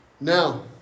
Now